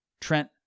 Trent